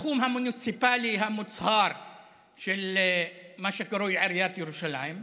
בתחום המוניציפלי המוצהר של מה שקרוי עיריית ירושלים רבתי,